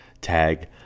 tag